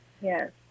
Yes